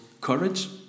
courage